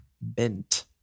bent